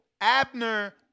Abner